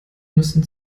müssen